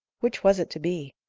which was it to be?